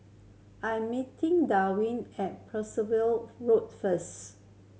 I'm meeting Derwin at Percival Road first